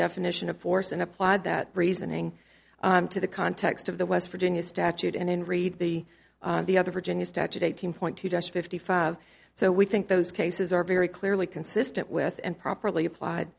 definition of force and applied that reasoning to the context of the west virginia statute and in read the the other virginia statute eighteen point two just fifty five so we think those cases are very clearly consistent with and properly applied